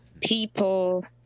people